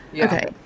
okay